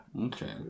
Okay